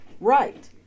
right